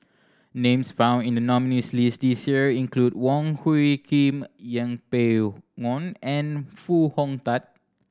names found in the nominees' list this year include Wong Hung Khim Yeng Pway Ngon and Foo Hong Tatt